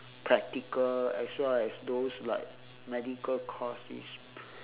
practical as well as those like medical course it's